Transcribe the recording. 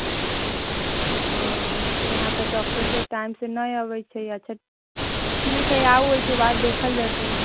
ओ तऽ यहाँ तऽ डॉक्टरसभ टाइमसँ नहि अबैत छै अच्छा ठीक हइ आउ ओहिके बाद देखल जेतै